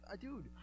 dude